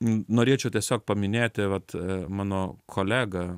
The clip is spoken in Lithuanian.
norėčiau tiesiog paminėti vat mano kolega